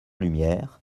lumière